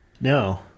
No